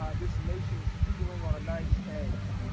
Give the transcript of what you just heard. um this nation is teetering on a knife's edge.